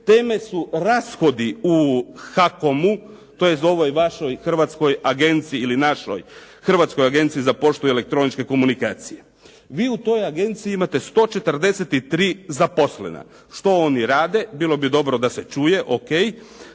teme su i rashodi u HAKOM-u to je za ovoj vašoj hrvatskoj agenciji ili našoj Hrvatskoj agenciji za poštu i elektroničke komunikacije. Vi u toj agenciji imate 143 zaposlena. Što oni rade? Bilo bi dobro da se čuje O.k.